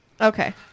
okay